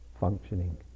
functioning